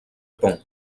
pont